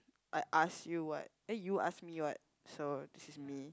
I ask you what eh you ask me what so this is me